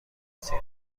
مسیر